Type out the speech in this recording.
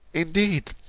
indeed,